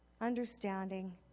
understanding